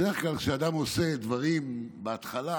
בדרך כלל כשאדם עושה דברים בהתחלה